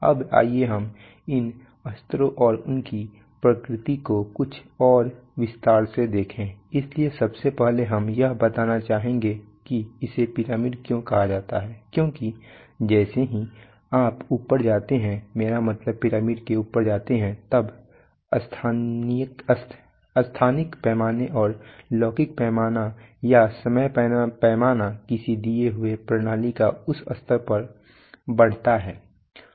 अब आइए हम इन स्तरों और उनकी प्रकृति को कुछ और विस्तार से देखें इसलिए सबसे पहले हम यह बताना चाहेंगे कि इसे पिरामिड क्यों कहा जाता है क्योंकि जैसे ही आप ऊपर जाते हैं मेरा मतलब पिरामिड के ऊपर जाते हैं तब स्थानिक पैमाना और लौकिक पैमाना या समय पैमाना किसी दिए हुए प्रणाली का उस स्तर पर बढ़ता है